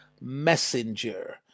messenger